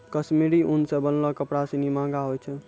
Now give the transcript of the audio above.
कश्मीरी उन सें बनलो कपड़ा सिनी महंगो होय छै